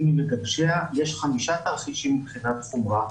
ממגבשיה יש 5 תרחישים מבחינת חומרה.